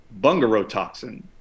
bungarotoxin